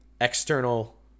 external